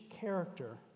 character